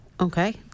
Okay